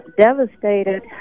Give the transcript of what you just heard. devastated